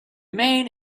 main